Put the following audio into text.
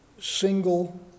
single